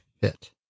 fit